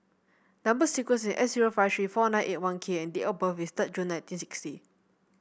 number sequence is S zero five three four nine eight one K and date of birth is third June nineteen sixty